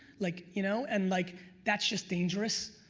like you know and like that's just dangerous,